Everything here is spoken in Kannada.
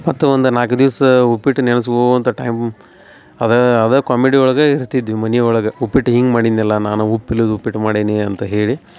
ಮತ್ತು ಒಂದು ನಾಲ್ಕು ದಿವಸ ಉಪ್ಪಿಟ್ಟು ನೆನಸ್ಕೊಳ್ತಾ ಟೈಮ್ ಅದಾ ಅದ ಕಾಮಿಡಿ ಒಳಗೆ ಇರತಿದ್ವಿ ಮನೆ ಒಳಗೆ ಉಪ್ಪಿಟ್ಟು ಹಿಂಗೆ ಮಾಡಿದ್ನ್ಯಲ್ಲ ನಾನು ಉಪ್ಪು ಇಲ್ಲದ ಉಪ್ಪಿಟ್ಟು ಮಾಡೇನಿ ಅಂತ ಹೇಳಿ